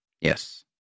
Yes